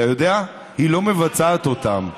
אתה יודע, היא לא מבצעת אותם.